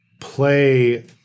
play